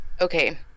Okay